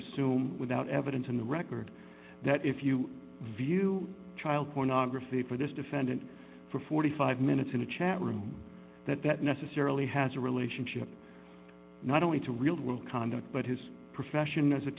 assume without evidence on the record that if you view child pornography for this defendant for forty five minutes in a chat room that that necessarily has a relationship not only to real world conduct but his profession as a